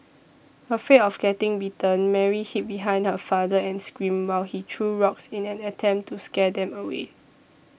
afraid of getting bitten Mary hid behind her father and screamed while he threw rocks in an attempt to scare them away